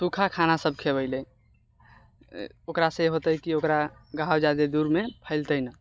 सूखा खाना सब खेबैलए ओकरासँ होतए कि ओकरा घाव जादा दूरमे फैलतै नहि